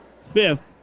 fifth